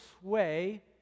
sway